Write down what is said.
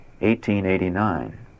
1889